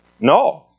No